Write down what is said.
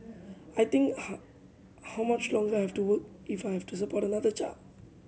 I think how how much longer I have to work if I have to support another child